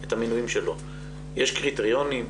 את המינויים שלו יש קריטריונים,